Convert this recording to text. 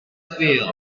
feel